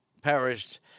perished